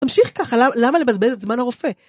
תמשיך ככה, למה לבזבז את זמן הרופא?